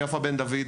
יפה בן-דוד,